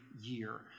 year